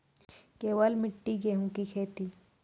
केवल मिट्टी गेहूँ की खेती?